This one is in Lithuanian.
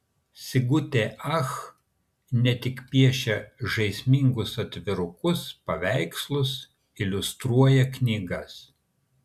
sigutė ach ne tik piešia žaismingus atvirukus paveikslus iliustruoja knygas